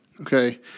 okay